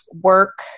work